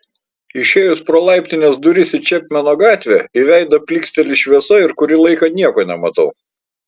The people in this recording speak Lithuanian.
išėjus pro laiptinės duris į čepmeno gatvę į veidą plyksteli šviesa ir kurį laiką nieko nematau